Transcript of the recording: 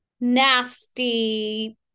nasty